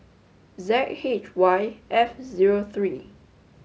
Z H Y F zero three